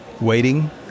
waiting